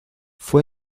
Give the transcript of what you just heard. fue